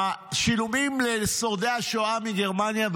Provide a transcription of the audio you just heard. השילומים לשורדי השואה מגרמניה,